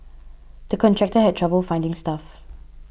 the contractor had trouble finding staff